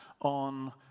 on